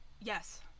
Yes